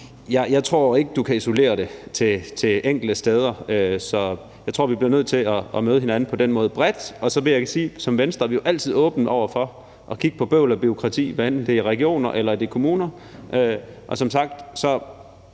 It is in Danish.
Jeg tror ikke, du kan isolere det til enkelte steder, så jeg tror, vi bliver nødt til at møde hinanden bredt set. Så vil jeg sige, at vi i Venstre jo altid er åbne over for at kigge på bøvl og bureaukrati, hvad enten det er i regioner eller kommuner.